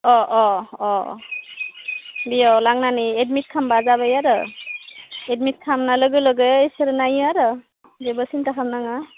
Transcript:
अ अ अ बियाव लांनानै एडमिट खालामब्ला जाबाय आरो एडमिट खालामनाय लोगो लोगो इसोर नायो आरो जेबो सिन्था खालाम नाङा